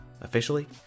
officially